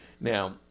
Now